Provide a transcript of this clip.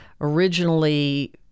originally